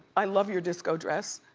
i love your disco dress.